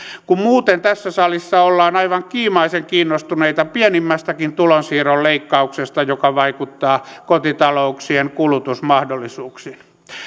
kun muuten tässä salissa ollaan aivan kiimaisen kiinnostuneita pienimmästäkin tulonsiirron leikkauksesta joka vaikuttaa kotitalouksien kulutusmahdollisuuksiin